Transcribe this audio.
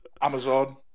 Amazon